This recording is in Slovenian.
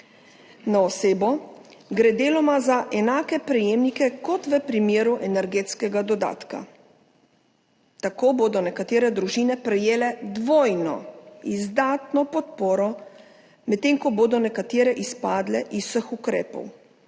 na osebo, gre deloma za enake prejemnike kot v primeru energetskega dodatka. Tako bodo nekatere družine prejele dvojno, izdatno podporo, medtem ko bodo nekatere izpadle iz vseh ukrepov,